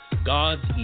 God's